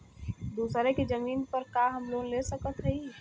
दूसरे के जमीन पर का हम लोन ले सकत हई?